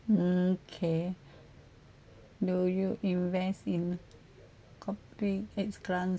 mm okay do you invest in